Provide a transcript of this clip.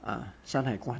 ah 山海关